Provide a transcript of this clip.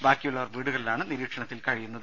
ബാക്കിയുള്ളവർ വീടുകളിലാണ് നിരീക്ഷണത്തിൽ കഴിയുന്നത്